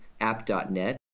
app.net